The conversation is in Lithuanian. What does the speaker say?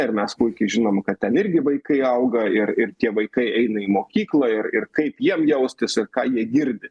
ir mes puikiai žinom kad ten irgi vaikai auga ir ir tie vaikai eina į mokyklą ir ir kaip jiem jaustis ką jie girdi